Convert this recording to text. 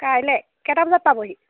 কাইলৈ কেইটা বজাত পাবহি